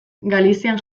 galizian